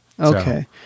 Okay